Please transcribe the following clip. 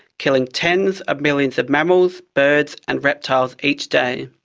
killing tens of millions of mammals, birds and reptiles each day.